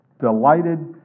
delighted